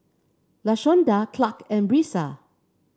Lashonda Clarke and Brisa